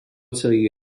celý